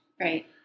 Right